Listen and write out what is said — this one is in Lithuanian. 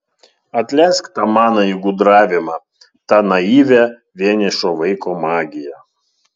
atleisk tą manąjį gudravimą tą naivią vienišo vaiko magiją